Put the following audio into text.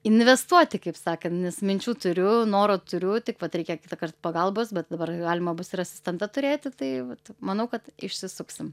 investuoti kaip sakant nes minčių turiu noro turiu tik vat reikia kitąkart pagalbos bet dabar galima bus ir asistentą turėti tai vat manau kad išsisuksim